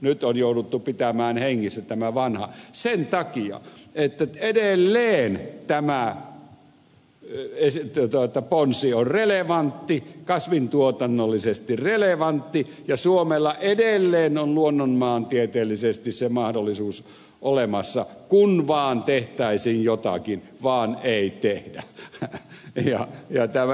nyt on jouduttu pitämään hengissä tämä vanha sen takia että edelleen tämä ponsi on kasvintuotannollisesti relevantti ja suomella edelleen on luonnonmaantieteellisesti se mahdollisuus olemassa kun vaan tehtäisiin jotakin vaan ei tehdä